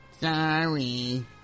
Sorry